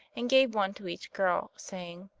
and gave one to each girl, saying,